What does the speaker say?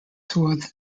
toward